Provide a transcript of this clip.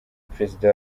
perezida